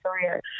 career